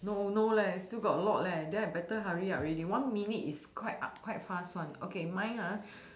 no no leh still got a lot leh then I better hurry up already one minute is quite uh quite fast one okay mine ah